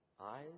Eyes